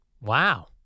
Wow